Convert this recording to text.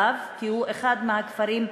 כי הוא אחד הכפרים,